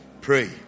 pray